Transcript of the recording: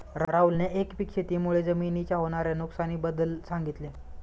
राहुलने एकपीक शेती मुळे जमिनीच्या होणार्या नुकसानी बद्दल सांगितले